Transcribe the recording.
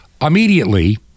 immediately